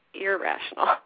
irrational